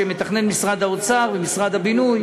שמתכננים משרד האוצר ומשרד הבינוי,